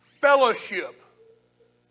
Fellowship